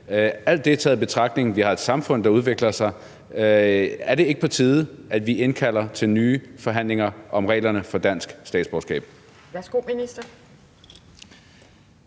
Alt det taget i betragtning, er det så ikke på tide, at vi indkalder til nye forhandlinger om reglerne for dansk statsborgerskab?